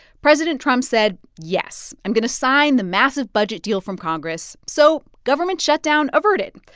president trump said, yes, i'm going to sign the massive budget deal from congress so government shutdown averted.